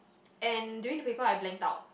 and during the paper I blanked out